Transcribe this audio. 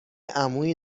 عمویی